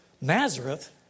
Nazareth